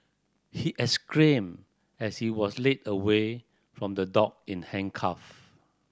he exclaimed as he was led away from the dock in handcuff